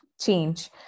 change